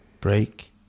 Break